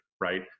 right